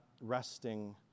resting